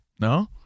no